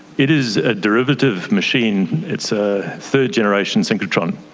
it is a derivative machine, it's a third generation synchrotron.